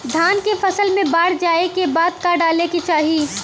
धान के फ़सल मे बाढ़ जाऐं के बाद का डाले के चाही?